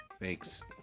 thanks